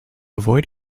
avoid